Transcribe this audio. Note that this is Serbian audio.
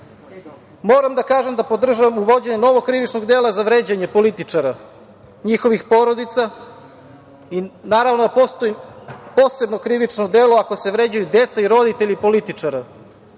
da kažem da podržavam uvođenje novog krivičnog dela za vređanje političara, njihovih porodica i naravno da postoji posebno krivično delo ako se vređaju deca i roditelji političara,